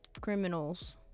criminals